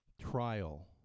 trial